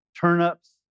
turnips